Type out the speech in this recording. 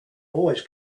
always